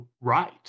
Right